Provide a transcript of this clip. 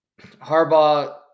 Harbaugh